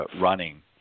running